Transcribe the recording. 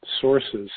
sources